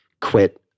quit